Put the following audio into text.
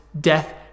death